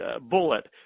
bullet